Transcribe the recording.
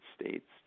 States